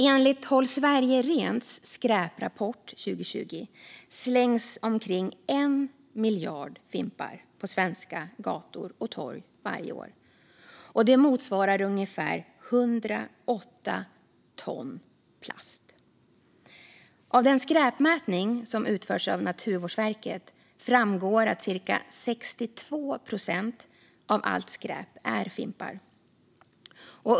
Enligt Håll Sverige Rents skäprapport 2020 slängs omkring 1 miljard fimpar på svenska gator och torg varje år. Det motsvarar ungefär 108 ton plast. Av den skräpmätning som utförts av Naturvårdsverket framgår att cirka 62 procent av allt skräp är fimpar.